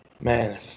man